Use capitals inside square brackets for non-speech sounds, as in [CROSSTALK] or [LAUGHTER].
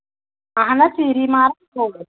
اَہن حظ ژیٖری [UNINTELLIGIBLE]